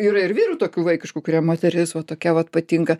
yra ir vyrų tokių vaikiškų kuriem moteris va tokia vat patinka